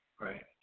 Right